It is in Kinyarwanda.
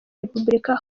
repubulika